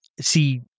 see